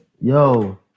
Yo